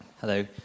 Hello